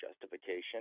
justification